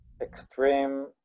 extreme